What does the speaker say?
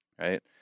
right